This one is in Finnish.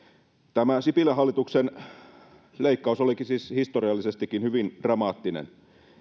tämä sipilän hallituksen leikkaus olikin siis historiallisestikin hyvin dramaattinen